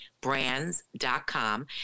brands.com